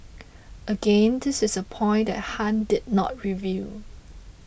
again this is a point that Han did not reveal